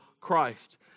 Christ